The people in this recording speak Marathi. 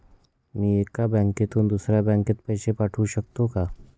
मी एका बँकेतून दुसऱ्या बँकेत पैसे पाठवू शकतो का?